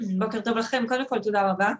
תודה רבה.